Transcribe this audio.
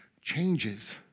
changes